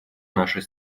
нашей